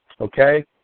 okay